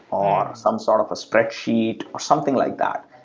or some sort of a spreadsheet or something like that,